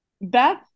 Beth